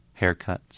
haircuts